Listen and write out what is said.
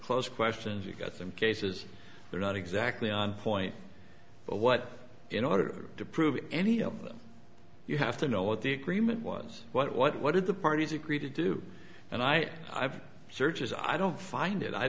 close questions you've got them cases they're not exactly on point but what in order to prove any of them you have to know what the agreement was what what did the parties agree to do and i have searches i don't find it i